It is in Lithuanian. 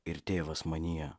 ir tėvas manyje